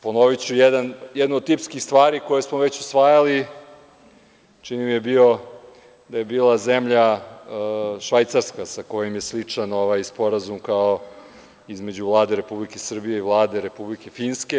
Ponoviću jednu od tipskih stvari koju smo već usvajali, čini mi se da je bila zemlja Švajcarska sa kojom je sličan sporazum, kao između Vlade Republike Srbije i Vlade Republike Finske.